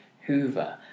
Hoover